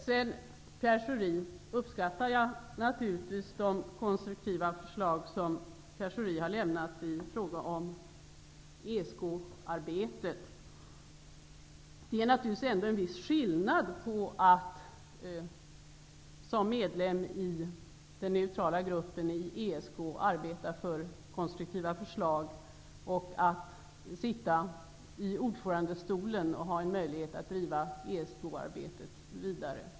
Till Pierre Schori vill jag säga att jag naturligtvis uppskattar de konstruktiva förslag som han har lämnat i fråga om ESK-arbetet. Det är naturligtvis ändå en viss skillnad på att som medlem i den neutrala gruppen i ESK arbeta för konstruktiva förslag och på att sitta i ordförandestolen och ha en möjlighet att driva ESK-arbetet vidare.